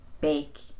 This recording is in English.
bake